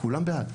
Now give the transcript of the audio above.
כולם בעד,